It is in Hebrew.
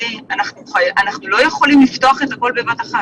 הדבר הזה מביא לאיבוד אמון הציבור.